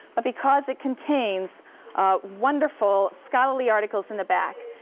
because it contains wonderful scholarly articles in the back.